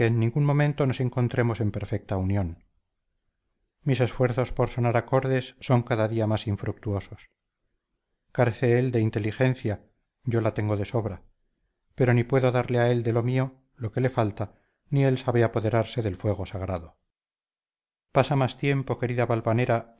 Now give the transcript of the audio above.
en ningún momento nos encontremos en perfecta unión mis esfuerzos por sonar acordes son cada día más infructuosos carece él de inteligencia yo la tengo de sobra pero ni puedo darle a él de lo mío lo que le falta ni él sabe apoderarse del fuego sagrado pasa más tiempo querida valvanera